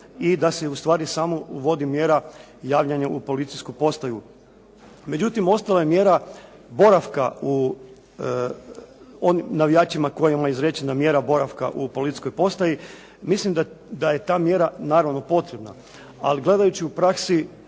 i da se ustvari samo uvodi mjera javljanja u policijsku postaju. Međutim, ostala je mjera boravka onim navijačima kojima je izrečena mjera boravka u policijskoj postaji. Mislim da je ta mjera naravno potrebna. Ali gledajući u praksi